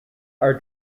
are